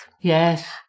Yes